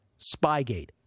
Spygate